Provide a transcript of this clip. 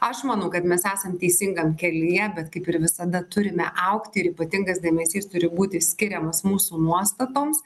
aš manau kad mes esam teisingam kelyje bet kaip ir visada turime augti ir ypatingas dėmesys turi būti skiriamas mūsų nuostatoms